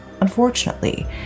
Unfortunately